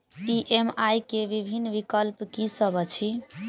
EMI केँ विभिन्न विकल्प की सब अछि